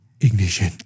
ignition